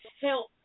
help